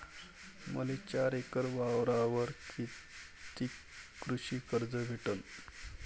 मले चार एकर वावरावर कितीक कृषी कर्ज भेटन?